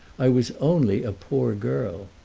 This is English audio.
i was only a poor girl.